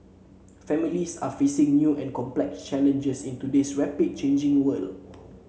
families are facing new and complex challenges in today's rapidly changing world